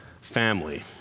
family